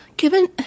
Given